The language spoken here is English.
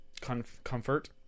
Comfort